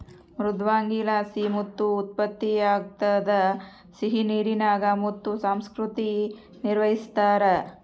ಮೃದ್ವಂಗಿಲಾಸಿ ಮುತ್ತು ಉತ್ಪತ್ತಿಯಾಗ್ತದ ಸಿಹಿನೀರಿನಾಗ ಮುತ್ತು ಸಂಸ್ಕೃತಿ ನಿರ್ವಹಿಸ್ತಾರ